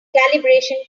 calibration